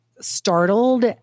startled